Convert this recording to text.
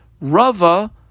Rava